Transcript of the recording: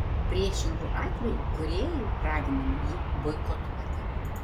priešingu atveju kūrėjai raginami jį boikotuoti